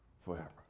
forever